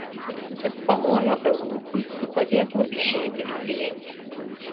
jis pamojo eunuchui su padėklu išeiti į priekį